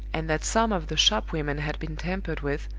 and that some of the shop-women had been tampered with,